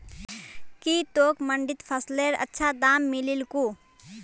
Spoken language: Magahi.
की तोक मंडीत फसलेर अच्छा दाम मिलील कु